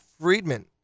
Friedman